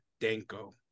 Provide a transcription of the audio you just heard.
Danko